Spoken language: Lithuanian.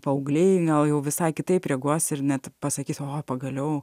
paaugliai gal jau visai kitaip reaguos ir net pasakys o pagaliau